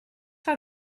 for